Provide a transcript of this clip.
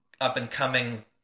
up-and-coming